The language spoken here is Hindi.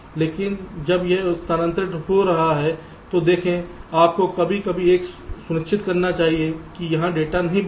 क्योंकि जब यह स्थानांतरण हो रहा है तो देखें आपको कभी कभी यह सुनिश्चित करना चाहिए कि यहाँ डेटा नहीं बदल रहा है